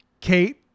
Kate